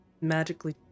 magically